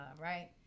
right